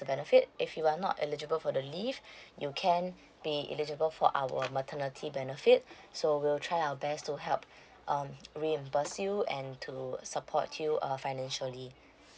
benefit if you are not eligible for the leave you can be invisible for our maternity benefits so we'll try our best to help um reimburse you and to a support you uh financially